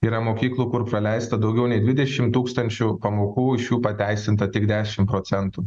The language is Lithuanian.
yra mokyklų kur praleista daugiau nei dvidešimt tūkstančių pamokų iš jų pateisinta tik dešimt procentų